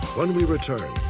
when we return,